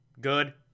good